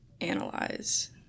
analyze